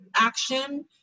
action